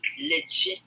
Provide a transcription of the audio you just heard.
legit